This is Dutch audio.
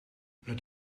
het